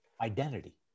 identity